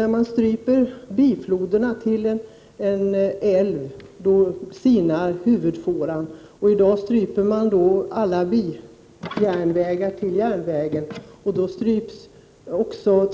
När man stryper en älvs bifloder, sinar huvudfåran. I dag stryper man alla bijärnvägar. Då stryps